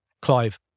Clive